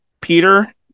peter